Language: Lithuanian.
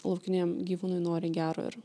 laukiniam gyvūnui nori gero ir